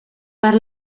per